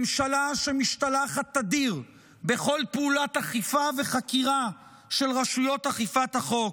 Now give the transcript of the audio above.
ממשלה שמשתלחת תדיר בכל פעולת אכיפה וחקירה של רשויות אכיפת החוק,